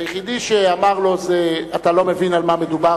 היחיד שאמר לו: אתה לא מבין על מה מדובר,